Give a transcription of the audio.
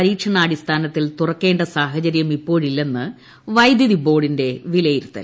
പരീക്ഷണാടിസ്ഥാനത്തിൽ തുറക്കേണ്ട സാഹചര്യം ഇപ്പോഴില്ലെന്ന് വൈദ്യുതിബോർഡിന്റെ വിലയിരുത്തൽ